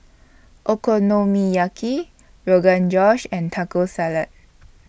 Okonomiyaki Rogan Josh and Taco Salad